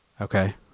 Okay